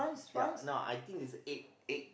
ya no I think is egg egg